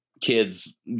kids